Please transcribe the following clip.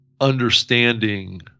understanding